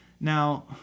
Now